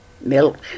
milk